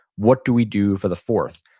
what do we do for the fourth.